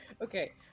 okay